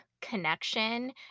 connection